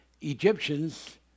Egyptians